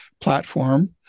platform